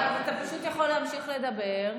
אתה פשוט יכול להמשיך לדבר.